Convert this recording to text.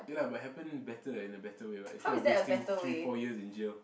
ya lah but happen better and a better way what instead of wasting three four years in jail